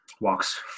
walks